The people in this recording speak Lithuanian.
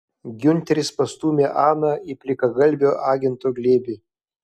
giunteris pastūmė aną į plikagalvio agento glėbį